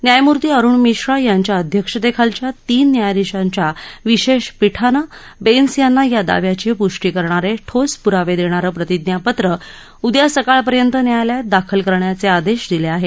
न्यायमूर्ती अरूण मिश्रा यांच्या अध्यक्षतेखालच्या तीन न्यायाधीशांच्या विशेष पीठानं बेन्स यांना या दाव्याची पुष्टी करणारे ठोस पुरावे देणारं प्रतिज्ञापत्र उद्या सकाळपर्यंत न्यायालयात दाखल करण्याचे आदेश दिले आहेत